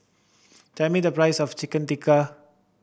tell me the price of Chicken Tikka